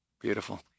beautiful